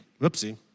Whoopsie